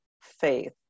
faith